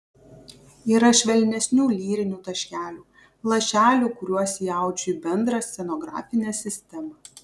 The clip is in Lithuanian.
yra švelnesnių lyrinių taškelių lašelių kuriuos įaudžiu į bendrą scenografinę sistemą